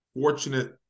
fortunate